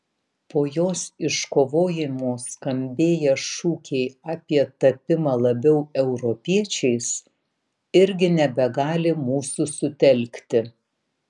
po jos iškovojimo skambėję šūkiai apie tapimą labiau europiečiais irgi nebegali mūsų sutelkti